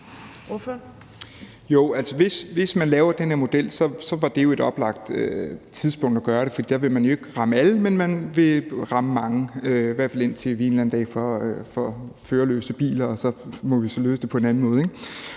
hvis man laver den her model, var det jo et oplagt tidspunkt at gøre det. For der vil man jo ikke ramme alle, men man vil ramme mange, i hvert fald indtil vi en eller anden dag får førerløse biler, og vi så må løse det på en anden måde.